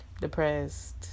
depressed